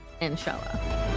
Inshallah